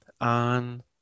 on